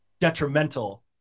detrimental